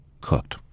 cooked